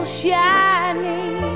shining